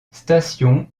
station